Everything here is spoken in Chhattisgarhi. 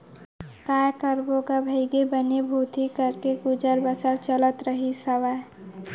काय करबो गा भइगे बनी भूथी करके गुजर बसर चलत रहिस हावय